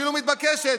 אפילו מתבקשת,